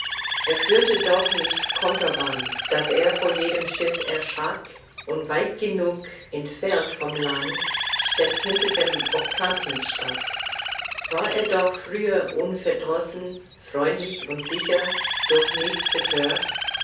er führte doch nicht konterbande daß er vor jedem schiff erschrak und weit genug entfernt vom lande stets hinter dem oktanten stak war er doch früher unverdrossen freundlich und sicher durch nichts bethört